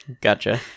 Gotcha